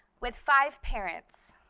with five parents.